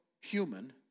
human